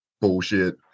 bullshit